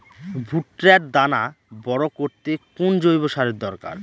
ভুট্টার দানা বড় করতে কোন জৈব সারের দরকার?